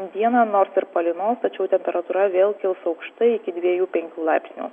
dieną nors ir palynos tačiau temperatūra vėl kils aukštai iki dviejų penkių laipsnių